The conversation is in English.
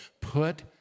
put